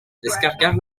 descargar